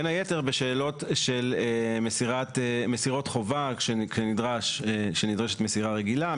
בין היתר בשאלות של מסירות חובה כאשר נדרשת מסירה רגילה,